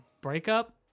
breakup